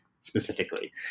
specifically